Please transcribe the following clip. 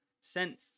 sent